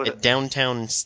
downtown